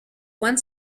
one